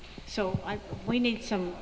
so we need some